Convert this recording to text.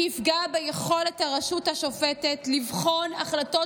שיפגע ביכולת של הרשות השופטת לבחון החלטות